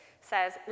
says